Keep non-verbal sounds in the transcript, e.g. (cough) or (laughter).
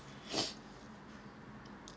(breath)